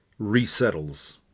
Resettles